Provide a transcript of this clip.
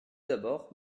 d’abord